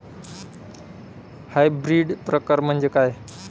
Hybrid प्रकार म्हणजे काय?